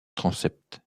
transept